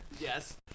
Yes